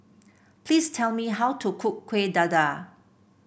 please tell me how to cook Kueh Dadar